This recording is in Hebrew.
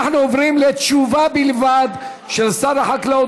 אנחנו עוברים לתשובה בלבד של שר החקלאות